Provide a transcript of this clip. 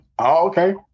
okay